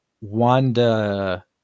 Wanda